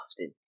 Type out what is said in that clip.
often